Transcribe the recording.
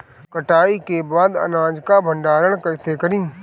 कटाई के बाद अनाज का भंडारण कईसे करीं?